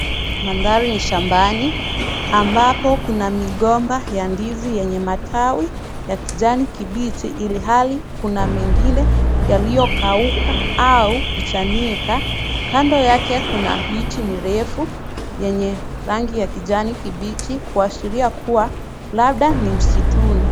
Mandhari ni shambani ambapo kuna migomba ya ndizi yenye matawi ya kijani kibichi ilhali kuna mengine yaliyokauka au kuchanika. Kando yake kuna miti mirefu yenye rangi ya kijani kibichi kuashiria kuwa labda ni msituni.